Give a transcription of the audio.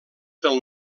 del